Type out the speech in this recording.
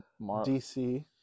DC